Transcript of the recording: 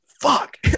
fuck